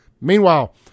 Meanwhile